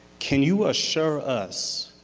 can you assure us